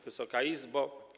Wysoka Izbo!